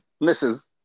misses